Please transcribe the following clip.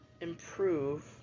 improve